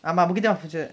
ஆமா:aamaa bukit timah